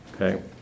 Okay